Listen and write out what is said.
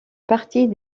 partie